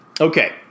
Okay